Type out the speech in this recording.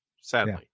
sadly